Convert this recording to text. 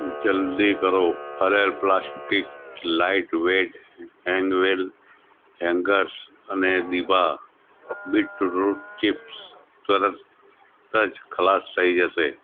જલ્દી કરો Flair plastic lightweight hangwell hangers અને દીભા બીટરૂટ ચિપ્સ તરત જ ખલાસ થઇ જશે